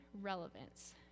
relevance